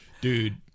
dude